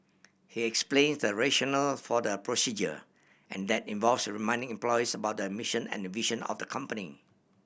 he explains the rationale for the procedures and that involves reminding employees about the mission and vision of the company